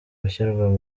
gushyirwa